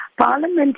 Parliament